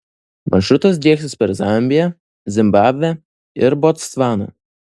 maršrutas drieksis per zambiją zimbabvę ir botsvaną